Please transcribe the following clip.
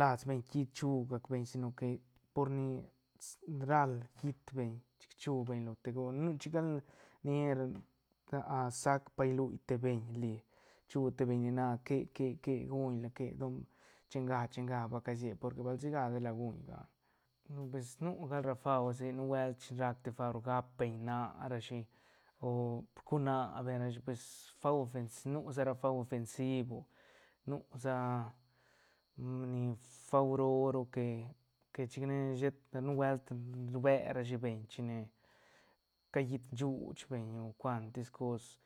las beñ kiit chu gac beñ si no que por ni ral riit beñ chic chu beñ lo te gol chic gal nia sac pa lui te beñ li chu te beñ ni na que- que- que guñla que don chenga- chenga ba ca sieila porque bal siga di la guñ gan pues nu gal ra fau nubuelt chin racte fau gap beñ na rashi o rcu na beñ rashi pues fau ofen si nusa ra fau ofen sibo nu sa fau roo ru que- que chicne she nubuelt rbe rashi beñ chine ca lliit shuuch beñ o cuantis cos.